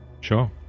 Sure